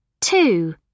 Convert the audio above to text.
Two